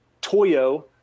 Toyo